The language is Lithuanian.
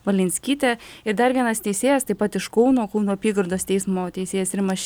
balinskytė ir dar vienas teisėjas taip pat iš kauno kauno apygardos teismo teisėjas rimas